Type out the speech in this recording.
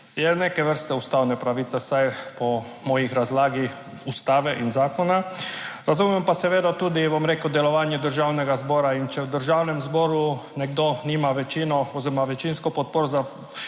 je neke vrste ustavna pravica, vsaj po moji razlagi ustave in zakona. Razumem pa seveda tudi, bom rekel, delovanje Državnega zbora. In če v Državnem zboru nekdo nima večino oziroma večinsko podporo za